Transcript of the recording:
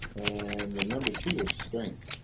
and the number two was strength.